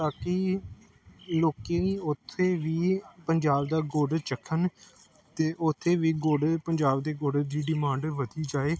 ਤਾਂ ਕਿ ਲੋਕ ਉੱਥੇ ਵੀ ਪੰਜਾਬ ਦਾ ਗੁੜ ਚੱਖਣ ਅਤੇ ਉੱਥੇ ਵੀ ਗੁੜ ਪੰਜਾਬ ਦੇ ਗੁੜ ਦੀ ਡਿਮਾਂਡ ਵਧੀ ਜਾਏ